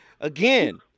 again